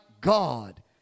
God